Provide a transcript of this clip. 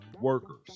workers